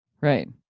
right